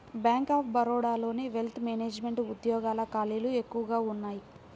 bank of బరోడాలోని wealth management ఉద్యోగాల ఖాళీలు ఎక్కువగా ఉన్నయ్యి